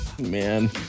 man